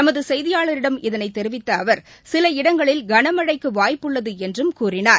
எமதுசெய்தியாளரிடம் இதனைத் தெரிவித்தஅவர் சில இடங்களில் கனமழைக்குவாய்ப்புள்ளதுஎன்றும் கூறினார்